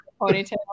ponytail